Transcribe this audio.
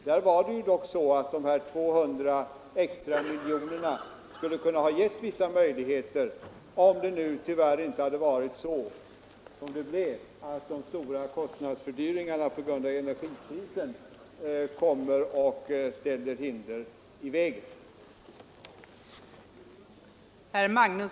Här skulle de 200 extra miljonerna ha kunnat ge vissa möjligheter — om det nu inte blivit som det tyvärr blev att de stora kostnadsfördyringarna på grund av energikrisen kan komma att lägga hinder i vägen.